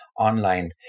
online